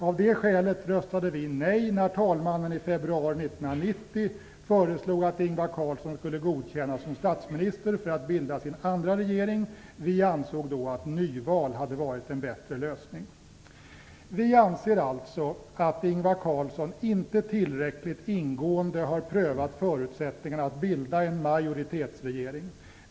Av det skälet röstade vi nej när talmannen i februari 1990 föreslog att Ingvar Carlsson skulle godkännas som statsminister för att bilda sin andra regering. Vi ansåg då att nyval hade varit en bättre lösning. Vi anser alltså att Ingvar Carlsson inte tillräckligt ingående har prövat förutsättningarna att bilda en majoritetsregering.